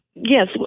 Yes